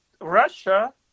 Russia